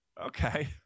Okay